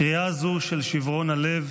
קריאה זו של שיברון הלב